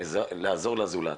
לעזור לזולת,